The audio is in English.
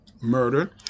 murder